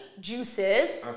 juices